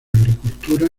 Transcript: agricultura